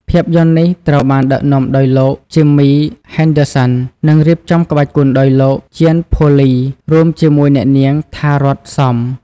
ភាពយន្តនេះត្រូវបានដឹកនាំដោយលោក Jimmy Henderson និងរៀបចំក្បាច់គុនដោយលោក Jean-Paul Ly រួមជាមួយអ្នកនាង ថា រ័ត្ន សំ។